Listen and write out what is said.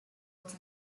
it’s